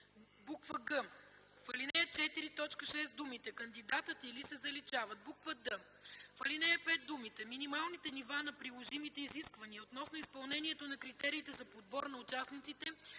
г) в ал. 4, т. 6 думите „кандидатът или” се заличават; д) в ал. 5 думите „Минималните нива на приложимите изисквания относно изпълнението на критериите за подбор на участниците”